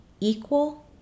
equal